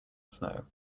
snow